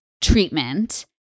treatment